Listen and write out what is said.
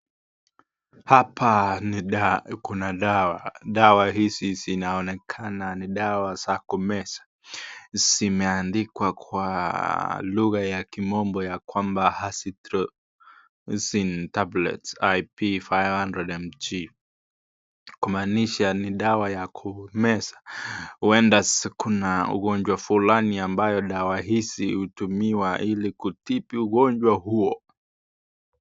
Hapa kuna dawa. Dawa hizi zinaonekana ni dawa za kumeza. Zimendikwa kwa lugha ya kimombo ya kwamba azithromycin tablets. Ip 500mg kumaanisha ni dawa za kumeza. Huenda kuna ugonjwa fulani ambayo dawa hizi hutumiwa kutibu ugonjwa huo.